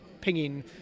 pinging